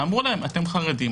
ואמרו להם: אתם חרדים,